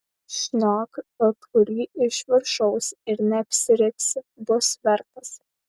šniok bet kurį iš viršaus ir neapsiriksi bus vertas